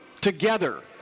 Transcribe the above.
together